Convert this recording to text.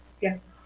Yes